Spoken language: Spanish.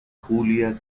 julia